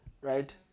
right